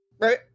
right